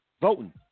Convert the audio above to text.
voting